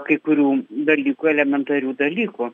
kai kurių dalykų elementarių dalykų